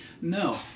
No